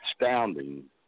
astounding